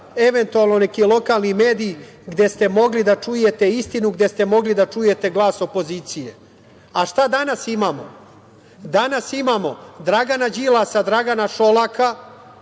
eventualno neki lokalni mediji, gde ste mogli da čujete istinu, gde ste mogli da čujete glas opozicije.A šta danas imamo? Danas imamo Dragana Đilasa, Dragana Šolaka,